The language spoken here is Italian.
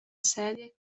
serie